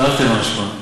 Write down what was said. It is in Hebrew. תרתי משמע,